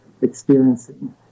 experiencing